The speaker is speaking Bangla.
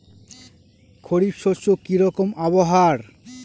খরিফ শস্যে কি রকম আবহাওয়ার?